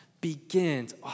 begins